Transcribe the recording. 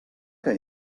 que